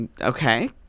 Okay